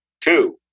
two